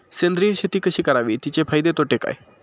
सेंद्रिय शेती कशी करावी? तिचे फायदे तोटे काय?